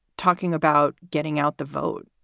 talking about getting out the vote,